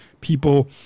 people